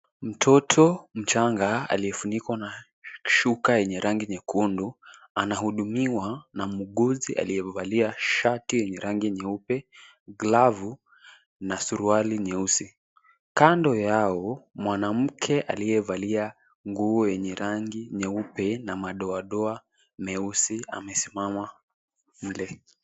Mtoto mchanga aliyefunikwa na shuka yenye rangi nyekundu, anahudumiwa na muuguzi aliyevalia shati yenye rangi nyeupe, glavu na suruali nyeusi. Kando yao mwanamke aliyevalia nguo yenye rangi nyeupe na madoadoa meusi amesimama mle.